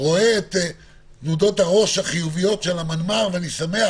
רואה את תנודות הראש החיוביות של המנמ"ר ואני שמח